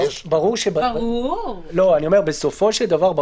שיש להם בן או בת שנשארו במולדת שלהם או הפוך,